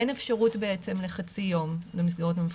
אין אפשרות בעצם לחצי יום במסגרות המפוקחות,